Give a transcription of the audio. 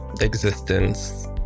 existence